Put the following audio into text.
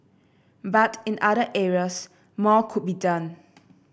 but in other areas more could be done